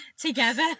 together